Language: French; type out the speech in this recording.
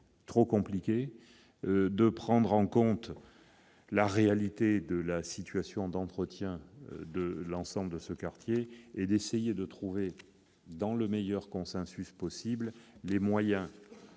trop compliquée, de prendre en compte la réalité de la situation d'entretien de l'ensemble de ce quartier et d'essayer de trouver, dans le meilleur consensus possible, les moyens